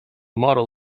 model